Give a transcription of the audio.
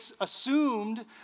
assumed